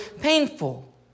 painful